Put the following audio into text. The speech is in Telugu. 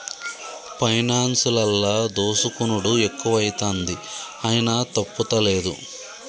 పైనాన్సులల్ల దోసుకునుడు ఎక్కువైతంది, అయినా తప్పుతలేదు